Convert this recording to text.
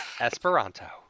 Esperanto